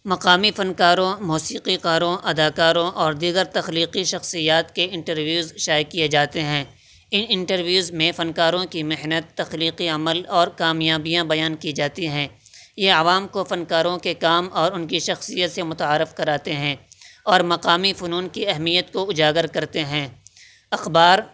مقامی فنکاروں موسیقی کاروں اداکاروں اور دیگر تخلیقی شخصیات کے انٹرویوز شائع کیے جاتے ہیں ان انٹرویوز میں فنکاروں کی محنت تخلیقی عمل اور کامیابیاں بیان کی جاتی ہیں یہ عوام کو فنکاروں کے کام اور ان کی شخصیت سے متعارف کراتے ہیں اور مقامی فنون کی اہمیت کو اجاگر کرتے ہیں اخبار